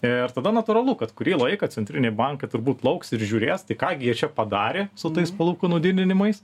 ir tada natūralu kad kurį laiką centriniai bankai turbūt lauks ir žiūrės tai ką gi jie čia padarė su tais palūkanų didinimais